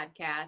Podcast